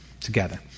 together